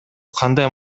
кандай